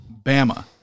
Bama